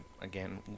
again